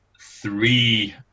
three